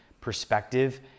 perspective